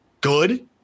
good